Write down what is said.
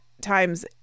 times